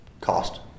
cost